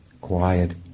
quiet